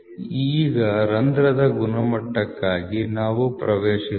ಈಗ ರಂಧ್ರದ ಗುಣಮಟ್ಟಕ್ಕಾಗಿ ನಾವು ಪ್ರವೇಶಿಸೋಣ